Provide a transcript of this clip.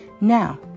Now